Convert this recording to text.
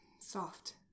soft